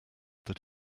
that